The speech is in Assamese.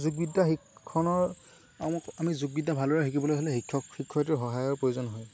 যোগ বিদ্যা শিক্ষণৰ আমি যোগ বিদ্যা ভালদৰে শিকিবলৈ হ'লে শিক্ষক শিক্ষয়িত্ৰীৰ সহায়ৰ প্ৰয়োজন হয়